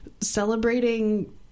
celebrating